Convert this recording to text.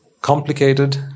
complicated